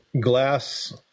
glass